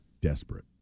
Desperate